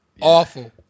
awful